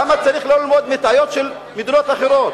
למה צריך לא ללמוד מטעויות של מדינות אחרות,